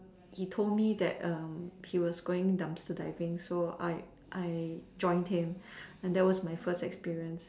he told me that um he was going dumpster diving so I I joined him and that's my first experience